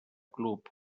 club